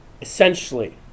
Essentially